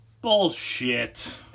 Bullshit